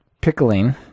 pickling